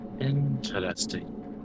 Interesting